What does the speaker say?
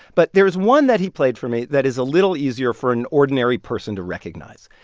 but there's one that he played for me that is a little easier for an ordinary person to recognize.